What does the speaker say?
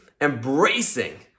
embracing